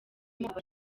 abashya